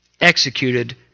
executed